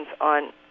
on